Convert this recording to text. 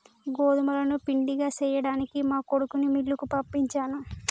గోదుములను పిండిగా సేయ్యడానికి మా కొడుకుని మిల్లుకి పంపించాను